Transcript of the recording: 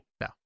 No